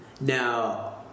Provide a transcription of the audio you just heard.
Now